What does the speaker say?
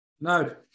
No